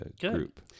group